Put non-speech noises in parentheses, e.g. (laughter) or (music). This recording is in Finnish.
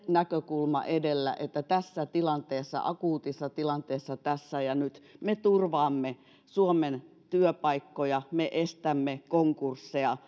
näkökulma edellä että tässä tilanteessa akuutissa tilanteessa tässä ja nyt me turvaamme suomen työpaikkoja me estämme konkursseja (unintelligible)